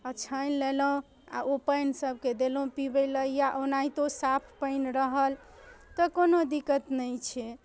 आ छानि लेलहुँ आ ओ पानि सभके देलौँ पीबय लेल या ओनाहितो साफ पानि रहल तऽ कोनो दिक्कत नहि छै